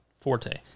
forte